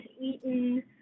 eaten